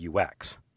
UX